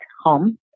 home